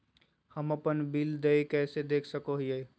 हम अपन बिल देय कैसे देख सको हियै?